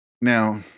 Now